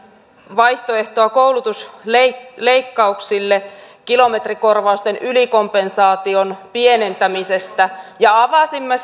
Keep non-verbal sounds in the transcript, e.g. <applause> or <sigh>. vaihtoehtoa koulutusleikkauksille kilometrikorvausten ylikompensaation pienentämisestä ja avasimme <unintelligible>